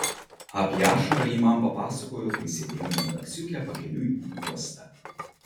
apie ašarą ji man papasakojo kai sėdėjome taksiuke pakeliui į uostą